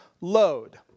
load